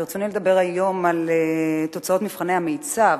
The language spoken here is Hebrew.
ברצוני לדבר היום על מבחני המיצ"ב,